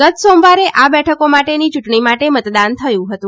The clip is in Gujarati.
ગત સોમવારે આ બેઠકો માટેની ચૂંટણી માટે મતદાન થયું હતું